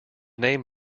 name